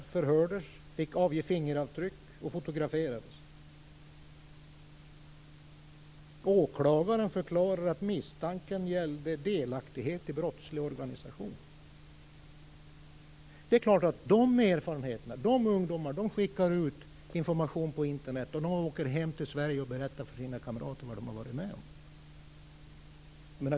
De förhördes. De fick lämna fingeravtryck. De fotograferades. Åklagaren förklarade att misstanken gällde delaktighet i brottslig organisation. Det är de erfarenheterna det gäller. De här ungdomarna skickar ut information på Internet. De åker hem till Sverige och berättar för sina kamrater vad de har varit med om.